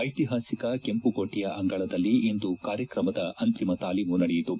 ಐತಿಹಾಸಿಕ ಕೆಂಮಕೋಟೆಯ ಅಂಗಳದಲ್ಲಿ ಇಂದು ಕಾರ್ಕ್ರಮದ ಅಂತಿಮ ತಾಲೀಮು ನಡೆಯಿತು